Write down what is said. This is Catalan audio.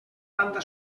banda